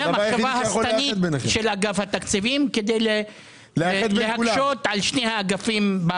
זה המחשבה השטנית של אגף התקציבים כדי להקשות על שני האגפים.